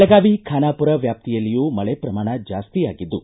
ಬೆಳಗಾವಿ ಖಾನಾಪುರ ವ್ಯಾಪ್ತಿಯಲ್ಲಿಯೂ ಮಳೆ ಪ್ರಮಾಣ ಜಾಸ್ತಿಯಾಗಿದ್ದು